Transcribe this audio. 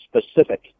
specific